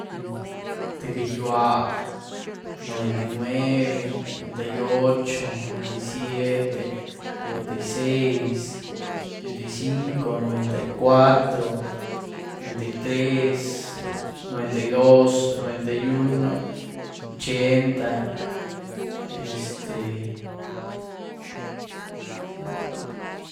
Tïé gagyiúa, noventa y nueve, noventa y ocho, noventa y siete, noventa y seis, noventa y cinco, noventa y cuatro, noventa y tres, noventa y dos, noventa y uno, ochenta, este.